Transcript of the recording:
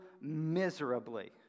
miserably